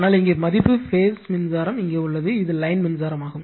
ஆனால் இங்கே மதிப்பு பேஸ் மின்சாரம் இங்கே உள்ளது இது லைன் மின்சாரமாகும்